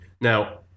Now